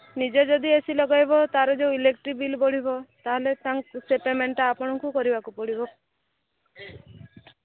ନିଜେ ଯଦି ଏସି ଲଗେଇବ ତାର ଯେଉଁ ଇଲେକ୍ଟ୍ରି ବିଲ୍ ବଢ଼ିବ ତାହେଲେ ସେ ପେମେଣ୍ଟ୍ଟା ଆପଣଙ୍କୁ କରିବାକୁ ପଡ଼ିବ